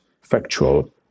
factual